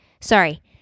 sorry